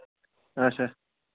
اَچھا